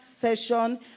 session